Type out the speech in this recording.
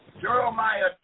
Jeremiah